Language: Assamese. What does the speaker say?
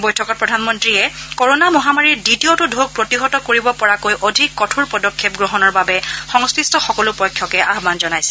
বৈঠকত প্ৰধানমন্ত্ৰীয়ে কৰণা মহামাৰীৰ দ্বিতীয়টো টোক প্ৰতিহত কৰিব পৰাকৈ অধিক কঠোৰ পদক্ষেপ গ্ৰহণৰ বাবে সংশ্লিষ্ট সকলো পক্ষকে আহান জনাইছে